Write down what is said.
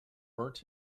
burnt